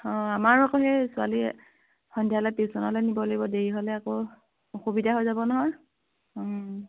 অঁ আমাৰ আক সেই ছোৱালীৰ সন্ধিয়ালৈ টিউশ্যনলৈ নিব লাগিব দেৰি হ'লে আকৌ অসুবিধা হৈ যাব নহয়